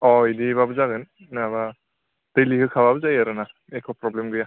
अ इदिब्लाबो जागोन नङाब्ला दैलि होखाब्लाबो जायो आरो ना एख' प्रब्लेम गैया